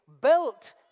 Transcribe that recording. built